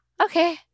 Okay